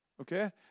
Okay